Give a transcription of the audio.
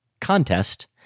contest